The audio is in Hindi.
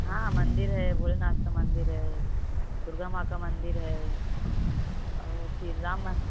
हाँ मंदिर है भोलेनाथ का मंदिर है दुर्गा माँ का मंदिर है और श्रीराम मन